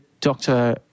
doctor